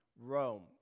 Rome